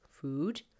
food